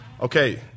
Okay